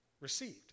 received